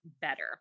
better